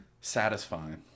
Satisfying